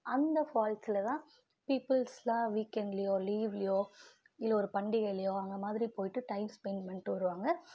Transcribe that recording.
அந்த ஃபால்ஸில் தான் பீப்பிள்ஸ்லாம் வீக்கெண்ட்லியோ லீவ்லியோ இல்லை ஒரு பண்டிகைலியோ அந்த மாதிரி போயிட்டு டைம் ஸ்பெண்ட் பண்ணிட்டு வருவாங்க